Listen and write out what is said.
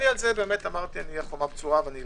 אמרתי שעל זה אהיה ומה בצורה ואלחם,